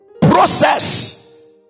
process